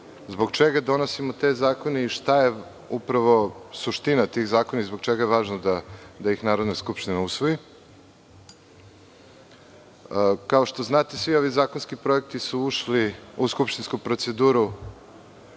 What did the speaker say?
zbog čega donosimo te zakone i šta je upravo suština tih zakona i zbog čega je važno da ih Narodna skupština usvoji. Kao što znate svi, ovi zakonski projekti su ušli u skupštinsku proceduru